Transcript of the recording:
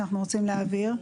שאנחנו רוצים להעביר.